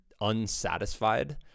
unsatisfied